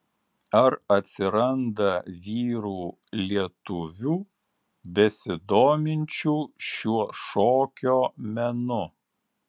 ar atsiranda vyrų lietuvių besidominčių šiuo šokio menu